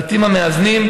הבתים המאזנים,